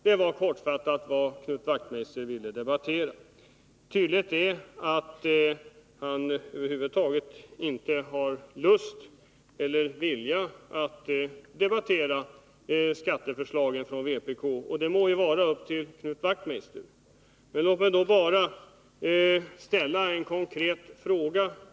Det var kortfattat vad Knut Wachtmeister ville debattera. Tydligt är att han över huvud taget inte har lust eller vilja att debattera skatteförslagen från vpk, och det må ju vara upp till Knut Wachtmeister. Men låt mig då bara ställa en konkret fråga!